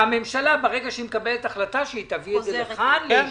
שהממשלה ברגע שהיא מקבלת החלטה תביא אותה לכאן לאישור.